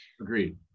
Agreed